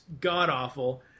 god-awful